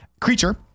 creature